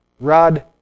rod